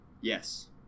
Yes